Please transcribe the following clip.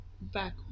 back